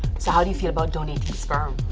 so how do you feel about donating sperm?